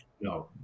no